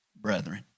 brethren